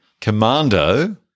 Commando